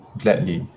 gladly